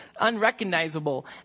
unrecognizable